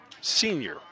senior